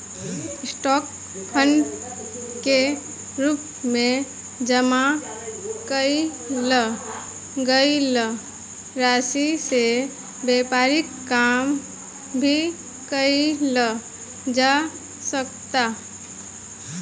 stock fund के रूप में जामा कईल गईल राशि से व्यापारिक काम भी कईल जा सकता